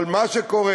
אבל מה שקורה,